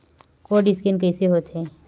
Code scan कइसे होथे?